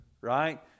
Right